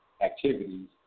activities